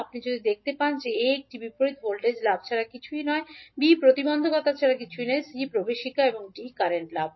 আপনি যদি দেখতে পান যে A একটি বিপরীত ভোল্টেজ লাভ ছাড়া কিছুই নয় B প্রতিবন্ধকতা ছাড়া কিছুই নয় C প্রবেশিকা এবং D কারেন্ট লাভ